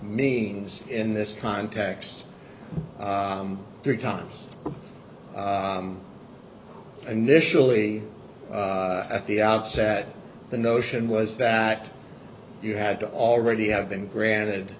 means in this context three times initially at the outset the notion was that you had to already have been granted